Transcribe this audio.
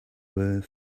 were